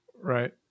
Right